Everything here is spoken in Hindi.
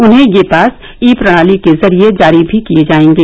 उन्हें यह पास ई प्रणाली के जरिए जारी भी किए जाएंगे